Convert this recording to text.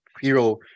hero